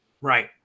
Right